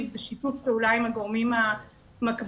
בשיתוף פעולה עם הגורמים המקבילים